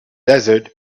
desert